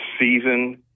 season